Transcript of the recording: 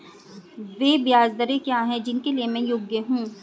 वे ब्याज दरें क्या हैं जिनके लिए मैं योग्य हूँ?